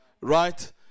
right